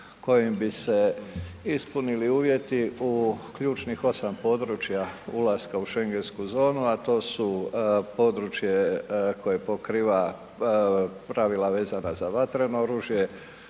kojim bi se ispunili uvjeti u ključnih 8 područja ulaska u schengensku zonu a to su područje koje pokriva pravila vezana za vatreno oružje,